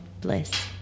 Bliss